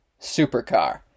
Supercar